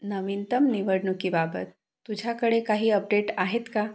नवीनतम निवडणुकीबाबत तुझ्याकडे काही अपडेट आहेत का